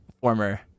former